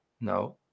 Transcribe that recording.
No